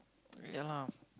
ya lah